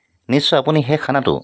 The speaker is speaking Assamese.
নিশ্চয় আপুনি সেই খানাটো